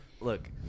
look